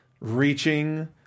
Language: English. reaching